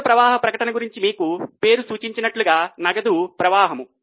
నగదు ప్రవాహ ప్రకటన గురించి పేరు సూచించినట్లు నగదు ప్రవాహము